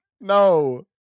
No